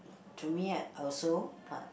to me I also but